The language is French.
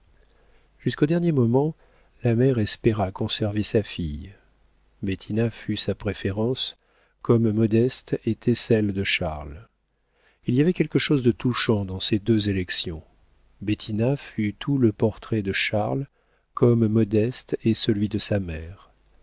nice jusqu'au dernier moment la mère espéra conserver sa fille bettina fut sa préférence comme modeste était celle de charles il y avait quelque chose de touchant dans ces deux élections bettina fut tout le portrait de charles comme modeste est celui de sa mère